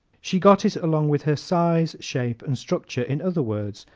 she got it along with her size, shape and structure in other words,